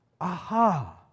Aha